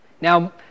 Now